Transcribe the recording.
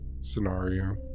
Scenario